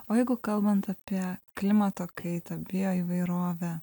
o jeigu kalbant apie klimato kaitą bioįvairovę